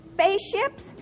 spaceships